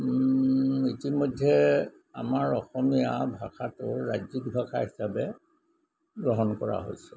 ইতিমধ্যে আমাৰ অসমীয়া ভাষাটোৰ ৰাজ্যিক ভাষা হিচাপে গ্ৰহণ কৰা হৈছে